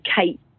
Kate